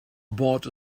bought